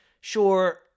Sure